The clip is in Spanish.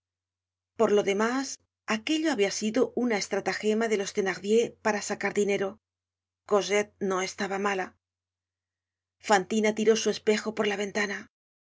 por lo demás aquello habia sido una estratajema de los thenardier para sacar dinero cosette no estaba mala fantina tiró su espejo por la ventana